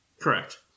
Correct